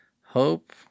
Hope